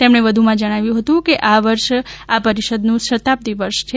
તેમણે વધુમાં જણાવ્યુ હતુ કે આ વર્ષ આ પરિષદનુ શતાબ્દી વર્ષ છે